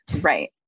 right